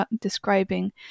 describing